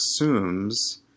assumes